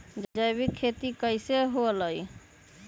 जैविक खेती कैसे हुआ लाई?